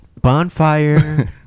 bonfire